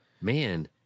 Man